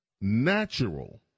natural